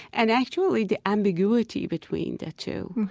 and actually the ambiguity between the two.